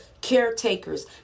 caretakers